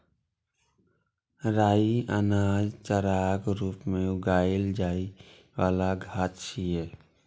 राइ अनाज, चाराक रूप मे उगाएल जाइ बला घास छियै